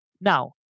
Now